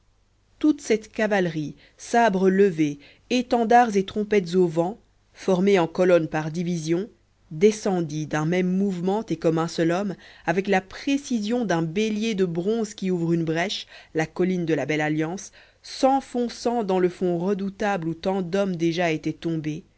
toute cette cavalerie sabres levés étendards et trompettes au vent formée en colonne par division descendit d'un même mouvement et comme un seul homme avec la précision d'un bélier de bronze qui ouvre une brèche la colline de la belle alliance s'enfonça dans le fond redoutable où tant d'hommes déjà étaient tombés